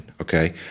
okay